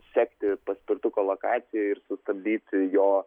sekti paspirtukų lokaciją ir sustabdyti jo